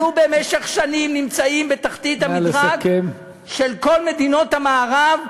אנחנו במשך שנים נמצאים בתחתית המדרג של כל מדינות המערב,